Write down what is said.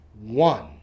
one